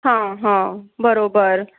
हां हां बरोबर